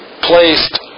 placed